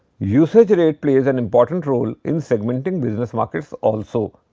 usage rate plays an important role in segmenting business markets also.